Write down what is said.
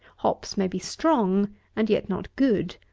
hops may be strong and yet not good.